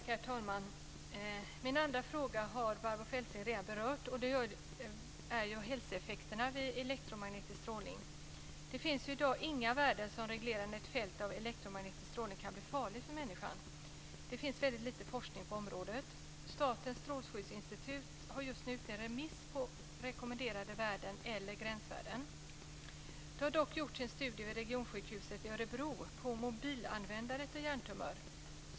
Herr talman! Min andra fråga har Barbro Feltzing redan berört. Det gäller hälsoeffekterna vid elektromagnetisk strålning. Det finns i dag inga värden som reglerar när ett fält med elektromagnetisk strålning kan bli farligt för människan. Det finns väldigt lite forskning på området. Statens strålskyddsinstitut har just nu ute en remiss om rekommenderade värden eller gränsvärden. Det har dock gjorts en studie vid regionsjukhuset i Örebro om mobilanvändandet och hjärntumör.